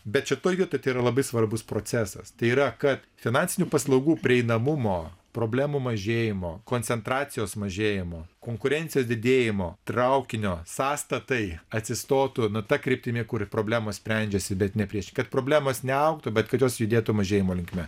bet šitoj vietoj tai yra labai svarbus procesas tai yra kad finansinių paslaugų prieinamumo problemų mažėjimo koncentracijos mažėjimo konkurencijos didėjimo traukinio sąstatai atsistotų ta kryptimi kur problemos sprendžiasi bet ne prieš kad problemos neaugtų bet kad jos judėtų mažėjimo linkme